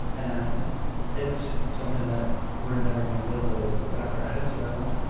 and it's something that we're never going to be able to wrap our heads around,